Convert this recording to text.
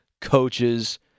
coaches